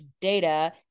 data